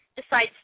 decides